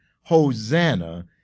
Hosanna